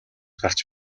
гарч